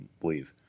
believe